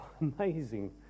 amazing